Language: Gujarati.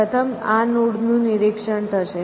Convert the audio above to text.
પ્રથમ આ નોડ નું નિરીક્ષણ થશે